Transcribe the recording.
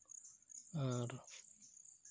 ᱟᱨ